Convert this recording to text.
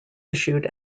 issued